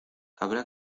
habrá